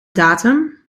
datum